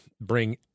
bring